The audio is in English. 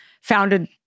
founded